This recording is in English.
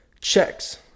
checks